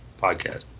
podcast